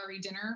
dinner